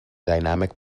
dynamic